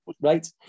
Right